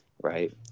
right